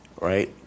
right